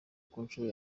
kunshuro